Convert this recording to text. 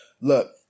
look